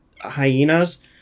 hyenas